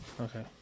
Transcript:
okay